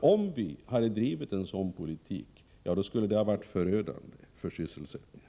Om vi hade drivit en sådan politik skulle det ha varit förödande för sysselsättningen.